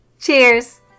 Cheers